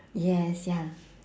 yes ya